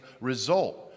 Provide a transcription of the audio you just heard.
result